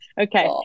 okay